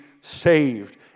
saved